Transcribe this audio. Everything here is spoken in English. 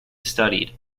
studied